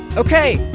ok.